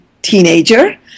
teenager